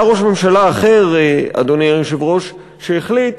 היה ראש ממשלה אחר, אדוני היושב-ראש, שהחליט